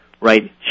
right